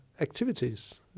activities